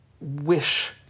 wish